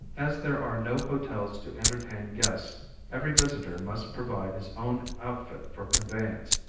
as there are no hotels to entertain guests every visitor must provide his own outfit for conveyance,